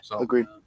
agreed